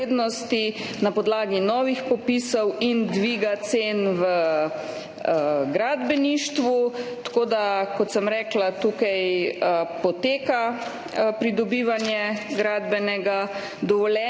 na podlagi novih popisov in dviga cen v gradbeništvu. Tako da, kot sem rekla, tukaj poteka pridobivanje gradbenega dovoljenja.